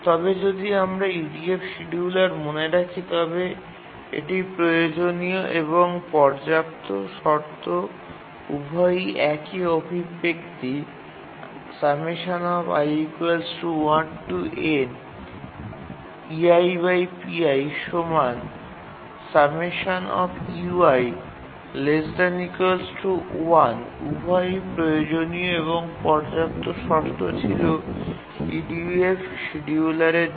তবে যদি আমরা EDF শিডিয়ুলারে মনে রাখি তবে এটি প্রয়োজনীয় এবং পর্যাপ্ত শর্ত উভয়ই একই অভিব্যক্তি উভয়ই প্রয়োজনীয় এবং পর্যাপ্ত শর্ত ছিল EDF শিডিয়ুলারদের জন্য